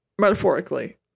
Metaphorically